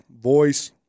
voice